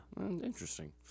Interesting